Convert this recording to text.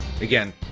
Again